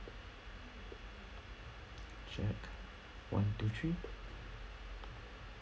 jack one two three